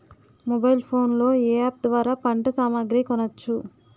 Mobile phone లో ఏ app ద్వారా పంట సామాగ్రి కొనచ్చు?